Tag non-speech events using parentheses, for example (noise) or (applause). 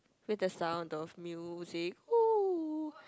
with the sound of music (noise)